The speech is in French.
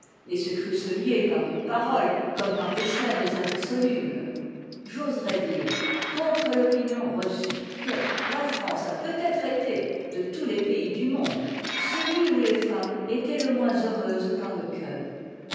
et se crussent liés par une parole comme par des chaînes indissolubles j'oserai dire contre l'opinion reçue que la france a peut-être été de tous les pays du monde celui où les femmes étaient le moins heureuses par le cœur